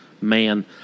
man